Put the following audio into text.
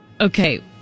Okay